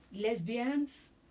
lesbians